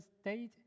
state